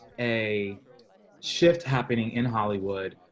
a shift happening in hollywood,